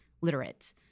literate